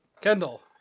Kendall